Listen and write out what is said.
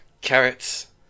carrots